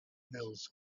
mills